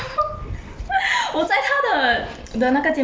我在他的的那个肩膀而已